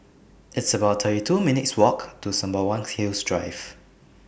It's about thirty two minutes' Walk to Sembawang Hills Drive